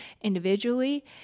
individually